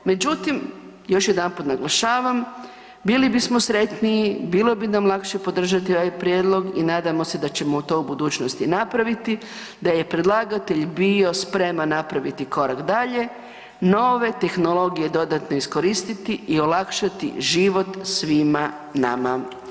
Međutim još jedanput naglašavam bili bismo sretniji, bilo bi nam lakše podržati ovaj prijedlog i nadamo se da ćemo to u budućnosti napraviti da je predlagatelj bio spreman napraviti korak dalje, nove tehnologije dodatne iskoristiti i olakšati život svima nama.